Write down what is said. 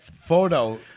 photo